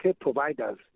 providers